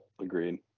agreed